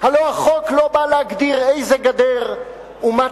הלוא החוק לא בא להגדיר איזה גדר, ומה טיבה,